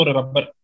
rubber